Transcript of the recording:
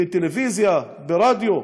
בטלוויזיה, ברדיו.